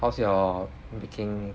how's your baking